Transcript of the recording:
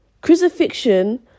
Crucifixion